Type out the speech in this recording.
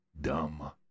Dumb